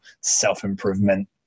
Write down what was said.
self-improvement